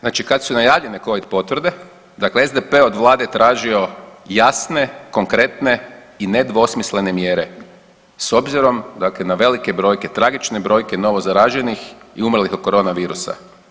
Znači kad su najavljene covid potvrde, dakle SDP je od vlade tražio jasne, konkretne i nedvosmislene mjere s obzirom dakle na velike brojke, tragične brojke novozaraženih i umrlih od koronavirusa.